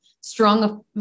strong